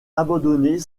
abandonner